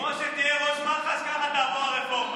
כמו שתהיה ראש מח"ש, ככה תעבור הרפורמה.